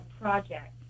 project